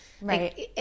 Right